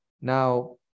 Now